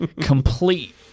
complete